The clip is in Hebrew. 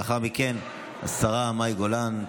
לאחר מכן, השרה מאי גולן.